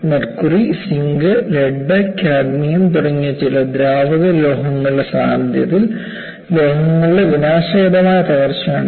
mercury zinc lead cadmium തുടങ്ങിയ ചില ദ്രാവക ലോഹങ്ങളുടെ സാന്നിധ്യത്തിൽ ലോഹങ്ങളുടെ വിനാശകരമായ തകർച്ചയാണ് ഇത്